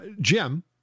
Jim